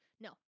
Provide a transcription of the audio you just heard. no